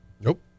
Nope